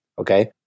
Okay